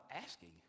asking